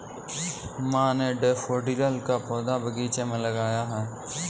माँ ने डैफ़ोडिल का पौधा बगीचे में लगाया है